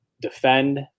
defend